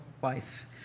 wife